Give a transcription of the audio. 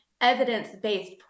evidence-based